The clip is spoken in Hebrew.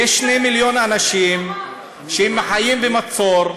יש 2 מיליון אנשים שחיים במצור,